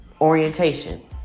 orientation